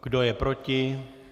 Kdo je proti?